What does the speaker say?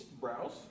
Browse